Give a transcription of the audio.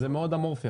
בדיוק.